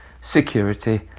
security